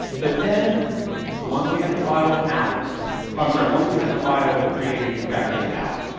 but then once we had the file out i'm sorry once we had the file created, we've got to get it out.